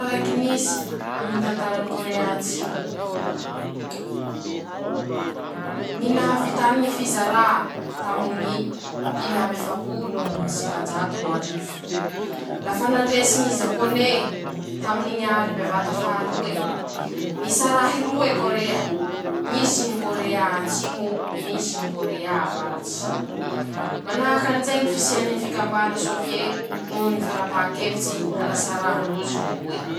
Raiky nisy aminy ñy tantarany kôrea antsimo5: ñy nahavità ñy fizarà taminy ñy dimy amby efapolo no sivanjato no arivo, lafa nandresy ñy japône taminy ñy aly bevata faha roe, nisarahe roe kôrea: nisy ñy kôreà antsimo, nisy ñy kôreà avaratsy, manahakan'izay ñy fisiany ñy fikambana sôvie noho ñy fanampahakevitsy hisaraha ndrozy roe.